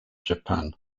japan